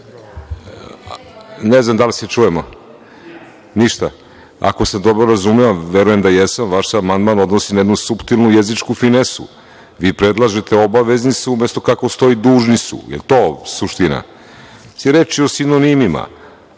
Ne znam da li se čujemo. Ništa. Ako sam dobro razumeo, verujem da jesam, vaš se amandman odnosni na jednu suptilnu jezičku finesu, vi predlažete: „obavezni su“, umesto kako stoji: „dužni su“. Da li je to suština? To je reč o sinonimima,